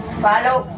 follow